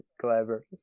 clever